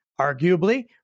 arguably